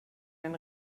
ein